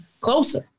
closer